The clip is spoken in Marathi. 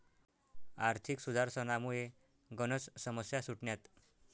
आर्थिक सुधारसनामुये गनच समस्या सुटण्यात